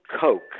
coke